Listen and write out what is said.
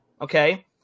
Okay